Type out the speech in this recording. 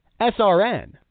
SRN